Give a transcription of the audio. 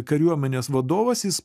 kariuomenės vadovas jis